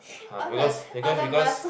ah because because because